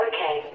Okay